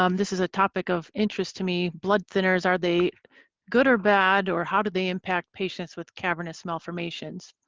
um this is a topic of interest to me. blood thinners are they good or bad or how do they impact patients with cavernous malformations?